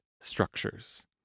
structures